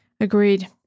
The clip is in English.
Agreed